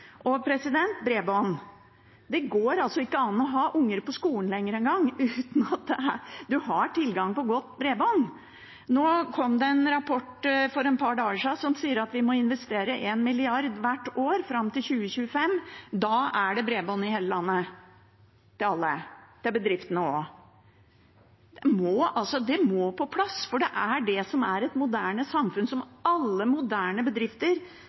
Bredbånd: Det går altså ikke engang an å ha unger på skolen lenger uten at man har tilgang på godt bredbånd. For et par dager siden kom det en rapport som sier at vi må investere én milliard hvert år fram til 2025. Da er det bredbånd i hele landet – til alle, til bedriftene også. Det må på plass, for det er det alle moderne bedrifter trenger for å klare seg, det er det som er et moderne samfunn.